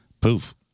poof